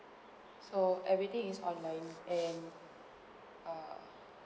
so everything is online and uh